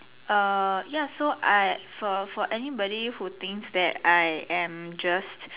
err ya so I for for anybody who thinks that I am just